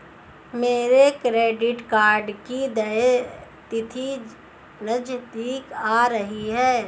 मेरे credit card की देय तिथि नज़दीक आ रही है